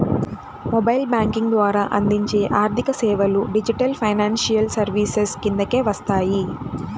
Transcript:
mobile banking ద్వారా అందించే ఆర్థికసేవలు డిజిటల్ ఫైనాన్షియల్ సర్వీసెస్ కిందకే వస్తాయి